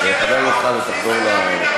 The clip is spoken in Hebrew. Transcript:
תתרגם, חבר הכנסת חזן, תחזור למקום.